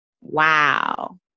Wow